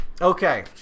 okay